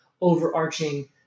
overarching